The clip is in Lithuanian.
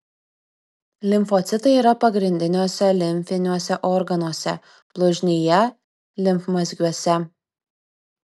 limfocitai yra pagrindiniuose limfiniuose organuose blužnyje limfmazgiuose